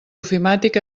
ofimàtic